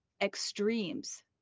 extremes